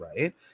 right